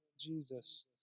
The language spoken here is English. Jesus